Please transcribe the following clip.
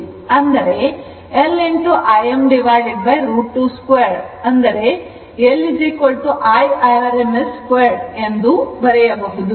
ಅಂದರೆ L Im√ 2 2 L IRms 2 ಈ ರೀತಿಯಾಗಿ ಬರೆಯಬಹುದು